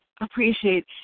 appreciate